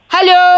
Hello